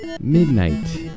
Midnight